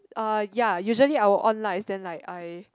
uh ya usually I will on lights then like I